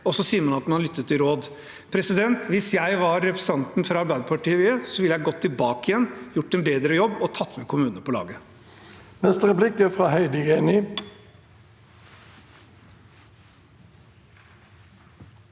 og så sier man at man har lyttet til råd. Hvis jeg var representanten fra Arbeiderpartiet, ville jeg gått tilbake igjen, gjort en bedre jobb og tatt med kommunene på laget.